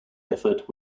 effort